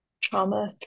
trauma